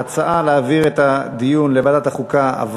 ההצעה להעביר את הנושא לדיון בוועדת החוקה,